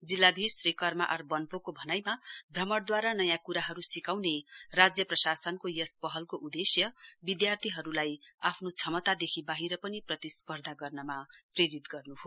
जिल्लाधीश श्री कर्मा आर वन्पोको भनाइमा भ्रमणद्वारा नयाँ कुराहरु सिकाउने राज्य प्रशासनको यस पहलको उदेश्य विधार्थीहरुलाई आफ्नो क्षमतादेखि वाहिर पनि प्रतिस्पर्धा गर्नमा प्रेरित गर्नु हो